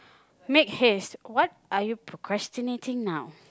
make haste what are you procrastinating now